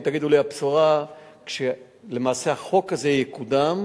אם תגידו לי: הבשורה, כשלמעשה החוק הזה יקודם